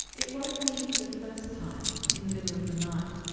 it woke me the first time in the middle of the night.